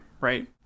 right